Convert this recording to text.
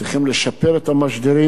צריכים לשפר את המשדרים.